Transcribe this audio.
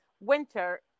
winter